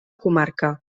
comarca